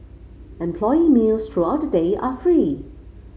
employee meals throughout the day are free